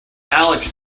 alex